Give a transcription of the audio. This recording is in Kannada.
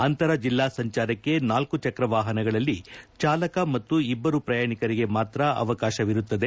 ಅಂತರ ಜಿಲ್ಲಾ ಸಂಚಾರಕ್ಕೆ ನಾಲ್ಕು ಚಕ್ರ ವಾಪನಗಳಲ್ಲಿ ಚಾಲಕ ಮತ್ತು ಇಬ್ಬರು ಪ್ರಯಾಣಿಕರಿಗೆ ಮಾತ್ರ ಅವಕಾಶವಿರುತ್ತದೆ